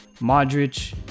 Modric